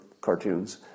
cartoons